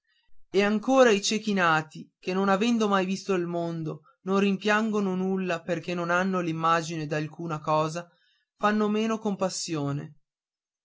e ancora i ciechi nati che non avendo mai visto il mondo non rimpiangono nulla perché hanno l'immagine d'alcuna cosa fanno meno compassione